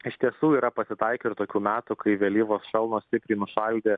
iš tiesų yra pasitaikę ir tokių metų kai vėlyvos šalnos stipriai nušaldė